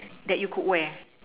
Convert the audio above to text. that you could wear